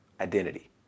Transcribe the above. identity